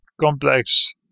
complex